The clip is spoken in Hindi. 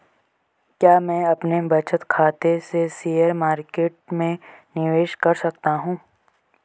क्या मैं अपने बचत खाते से शेयर मार्केट में निवेश कर सकता हूँ?